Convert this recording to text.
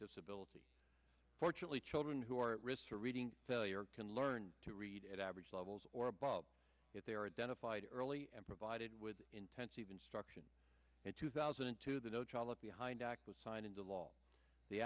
disability fortunately children who are at risk for reading failure can learn to read at average levels or above if they're identified early and provided with intensive instruction in two thousand and two the no child left behind act was signed into law the